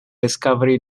discovery